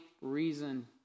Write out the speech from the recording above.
reason